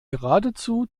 geradezu